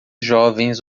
jovens